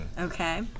Okay